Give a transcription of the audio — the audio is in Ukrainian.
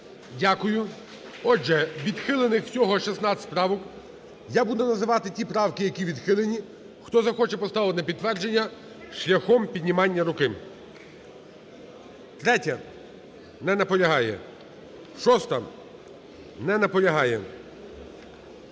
Дякую. Отже, відхилених всього 16 правок. Я буду називати ті правки, які відхилені. Хто захоче поставити на підтвердження – шляхом піднімання руки. 3-я. Не наполягає. 6-а. Не наполягає.